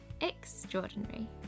extraordinary